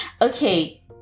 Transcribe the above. okay